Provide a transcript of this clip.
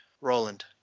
Roland